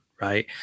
right